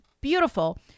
beautiful